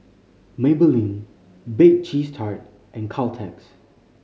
Maybelline Bake Cheese Tart and Caltex